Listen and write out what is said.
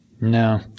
No